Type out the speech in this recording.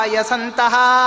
Yasantaha